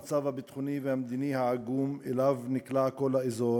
המצב הביטחוני והמדיני העגום שאליו נקלע כל האזור,